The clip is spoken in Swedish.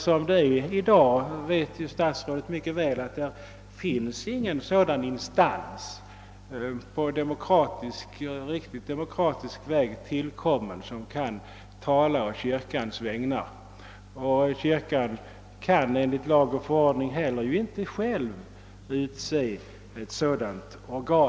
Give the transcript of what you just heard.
Som det är i dag — det vet statsrådet mycket väl — finns det ingen på riktigt demokratisk väg tillkommen instans som kan tala å kyrkans vägnar. Kyrkan kan enligt lag och förordning inte heller själv utse ett sådant organ.